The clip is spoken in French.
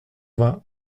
vingt